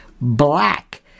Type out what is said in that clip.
black